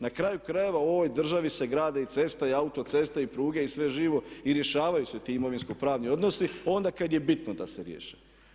Na kraju krajeva u ovoj državi se grade i ceste i autoceste i pruge i sve živo i rješavaju se ti imovinsko pravni odnosi onda kada je bitno da se riješi.